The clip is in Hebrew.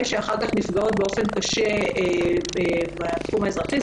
שאחר כך נפגעות באופן קשה בתחום האזרחי.